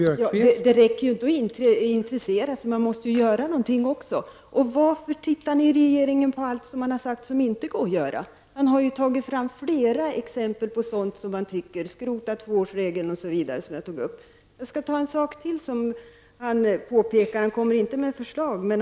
Fru talman! Det räcker inte med att intressera sig, man måste göra någonting. Varför tittar ni i regeringen på allt som har sagts inte går att göra? Diskrimineringsombudsmannen har ju tagit fram flera exempel på sådant som han tycker går att göra, att skrota tvåårsregeln osv. Jag skall ta upp en sak till som diskrimineringsombudsmannen har nämnt, även om han där inte har kommit med något förslag.